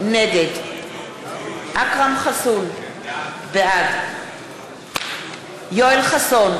נגד אכרם חסון, בעד יואל חסון,